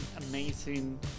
amazing